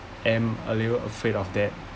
am a little afraid of that